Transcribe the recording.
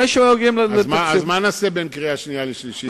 אז מה נעשה בין קריאה שנייה לשלישית?